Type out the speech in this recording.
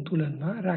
ન આવે